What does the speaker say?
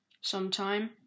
sometime